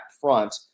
front